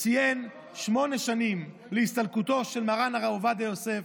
ציין שמונה שנים להסתלקותו של מרן הרב עובדיה יוסף,